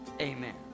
Amen